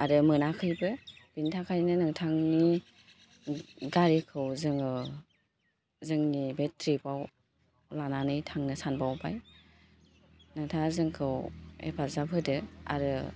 आरो मोनाखैबो बेनि थाखायनो नोंथांनि गारिखौ जोङो जोंनि बे ट्रिपआव लानानै थांनो सानबावबाय नोंथाङा जोंखौ हेफाजाब होदो आरो